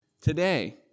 today